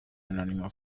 anónimo